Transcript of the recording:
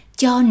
cho